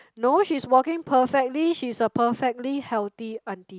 no she's walking perfectly she's a perfectly healthy aunty